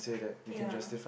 ya